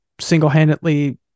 single-handedly